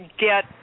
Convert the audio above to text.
get